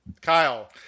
Kyle